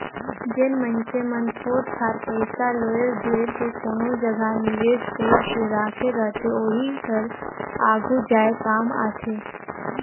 जेन मइनसे मन थोर थार पइसा लोएर जोएर के कोनो जगहा निवेस कइर के राखे रहथे ओही हर आघु जाए काम आथे